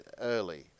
early